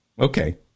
Okay